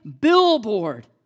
billboard